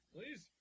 Please